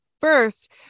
first